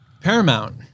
Paramount